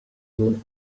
zone